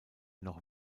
noch